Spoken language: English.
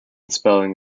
spelling